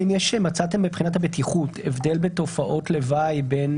האם מצאתם מבחינת הבטיחות הבדל בתופעות לוואי בין